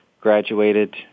Graduated